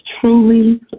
Truly